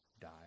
die